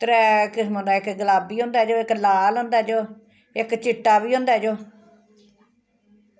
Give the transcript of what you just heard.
त्रैऽ किस्मां दा इक गुलाबी होंदा ऐ जो इक लाल होंदा ऐ जो इक चिट्टा बी होंदा ऐ जो